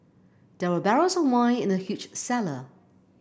there were barrels of wine in the huge cellar